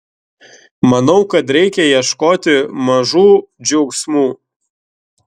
manau kad reikia ieškoti mažų džiaugsmų